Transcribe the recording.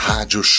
Rádio